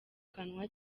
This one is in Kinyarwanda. kanwa